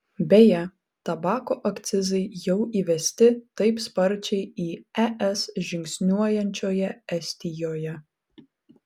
beje tabako akcizai jau įvesti taip sparčiai į es žingsniuojančioje estijoje